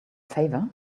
favor